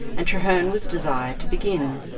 and treherne was desired to begin.